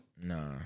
Nah